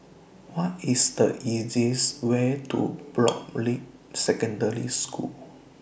What IS The easiest Way to Broadrick Secondary School